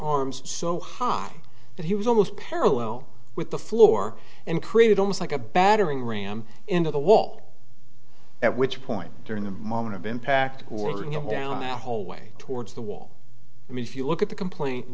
arms so high that he was almost parallel with the floor and created almost like a battering ram into the wall at which point during the moment of impact ordering him down the hallway towards the wall i mean if you look at the complaint and